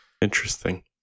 Interesting